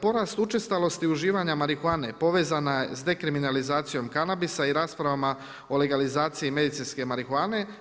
Porast učestalosti uživanja marihuane povezana je sa dekriminalizacijom kanabisa i raspravama o legalizaciji medicinske marihuane.